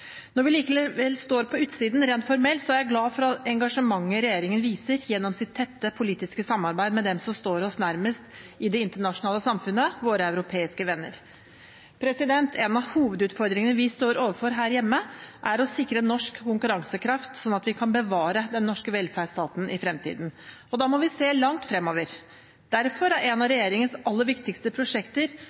Når vi likevel står på utsiden rent formelt, er jeg glad for det engasjementet regjeringen viser gjennom sitt tette politiske samarbeid med dem som står oss nærmest i det internasjonale samfunnet, våre europeiske venner. En av hovedutfordringene vi står overfor her hjemme, er å sikre norsk konkurransekraft slik at vi kan bevare den norske velferdsstaten i fremtiden. Da må vi se langt fremover. Derfor er et av regjeringens aller viktigste prosjekter